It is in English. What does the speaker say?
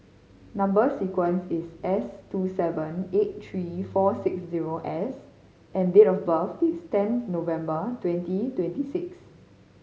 number sequence is S two seven eight three four six zero S and date of birth is ten November twenty twenty six